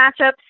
matchups